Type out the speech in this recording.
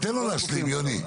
תן לו להשלים, יוני.